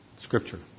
Scripture